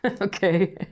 okay